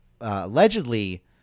allegedly